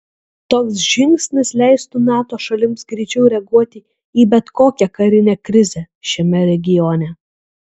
toks žingsnis leistų nato šalims greičiau reaguoti į bet kokią karinę krizę šiame regione